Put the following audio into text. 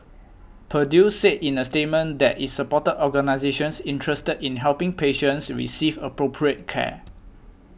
Purdue said in a statement that it supported organisations interested in helping patients receive appropriate care